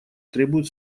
требует